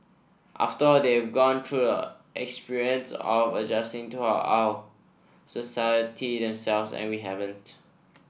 after all they've gone through experience of adjusting to our society themselves and we haven't